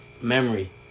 memory